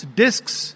discs